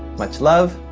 much love,